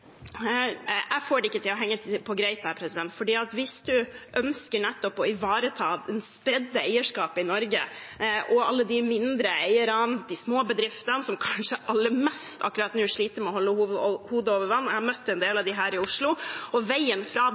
Jeg får det ikke til å henge på greip, for hvis man ønsker å ivareta det spredte eierskapet i Norge og alle de mindre eierne og små bedriftene, som akkurat nå kanskje sliter aller mest med å holde hodet over vannet – jeg har møtt en del av disse i Oslo – er veien fra